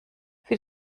für